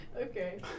Okay